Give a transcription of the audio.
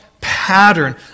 pattern